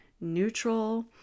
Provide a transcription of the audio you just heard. neutral